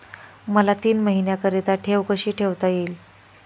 मला तीन महिन्याकरिता ठेव कशी ठेवता येईल?